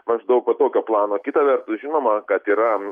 maždaug va tokio plano kita vertus žinoma kad yra